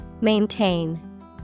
Maintain